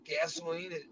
gasoline